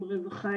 עם רווחה,